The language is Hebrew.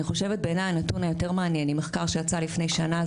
בעיניי הנתון היותר מעניין ממחקר שיצא לפני שנה,